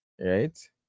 Right